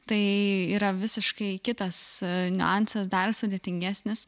tai yra visiškai kitas niuansas dar sudėtingesnis